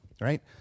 Right